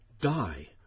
die